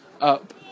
up